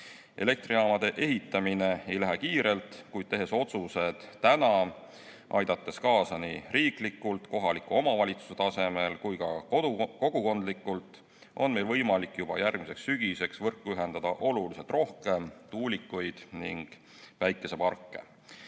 Elektrijaamade ehitamine ei lähe kiirelt, kuid tehes otsused täna, aidates kaasa nii riigi, kohaliku omavalitsuse tasemel kui ka kogukondlikult, on meil võimalik juba järgmiseks sügiseks võrku ühendada oluliselt rohkem tuulikuid ning päikeseparke.